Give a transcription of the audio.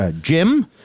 Jim